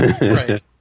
Right